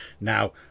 Now